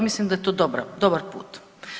Mislim da je to dobar put.